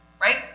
right